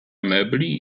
mebli